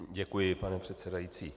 Děkuji, pane předsedající.